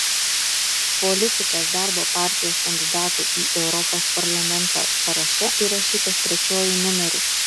politikas darbo partijos kandidatų į europos parlamentą sąraše įrašytas trečiuoju numeriu